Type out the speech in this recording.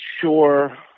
sure